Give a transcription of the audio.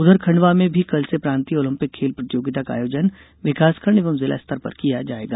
उधर खंडवा में भी कल से प्रांतीय ओलंपिक खेल प्रतियोगिता का आयोजन विकासखंड एवं जिलास्तर पर किया जायेगा